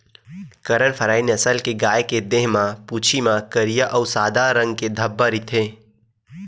करन फ्राइ नसल के गाय के देहे म, पूछी म करिया अउ सादा रंग के धब्बा रहिथे